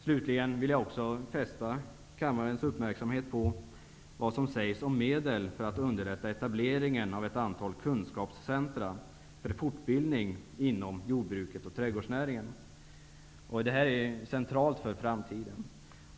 Slutligen vill jag fästa kammarens uppmärksamhet på vad som sägs angående medel för att underlätta etableringen av ett antal kunskapscentrum för fortbildning inom jordbruket och trädgårdsnäringen, vilket är väsentligt för framtiden.